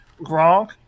Gronk